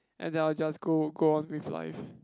and then I'll just go go on with life